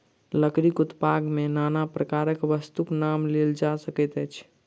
लकड़ीक उत्पाद मे नाना प्रकारक वस्तुक नाम लेल जा सकैत अछि